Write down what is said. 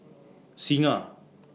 Singha